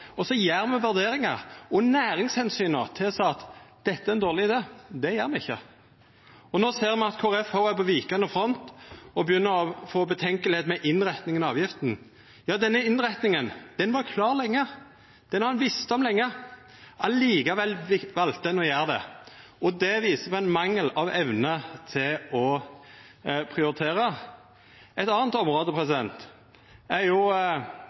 og så gjer me vurderingar, og næringsomsyn tilsa at dette er ein dårleg idé, dette gjer me ikkje. No ser me at Kristeleg Folkeparti er på vikande front og begynner å koma i tvil om innretninga av avgifta. Ja, den innretninga var klar lenge. Den har ein visst om lenge. Likevel valde ein å gjera det, og det viser mangel på evne til å prioritera. Eit anna område er